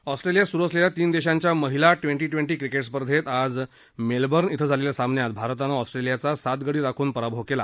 ऑस्ट्रेलियात सुरू असलेल्या तीन देशांच्या महिला ट्वेन्टी ट्वेन्टी क्रिकेट स्पर्धेत आज मेलबर्न क्वें झालेल्या सामन्यात भारतानं ऑस्ट्रेलियाचा सात गडी राखून पराभव केला